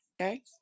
Okay